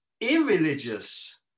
irreligious